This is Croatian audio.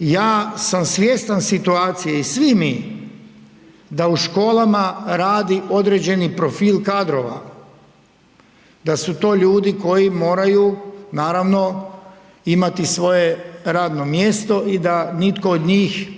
Ja sam svjestan situacije i svi mi da u školama radi određeni profil kadrova, da su to ljudi koji moraju naravno imati svoje radno mjesto i da nitko od njih